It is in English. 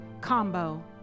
combo